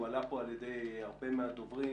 הועלתה פה על ידי הרבה מהדוברים.